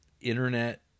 internet